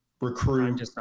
recruit